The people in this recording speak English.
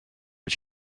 but